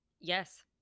Yes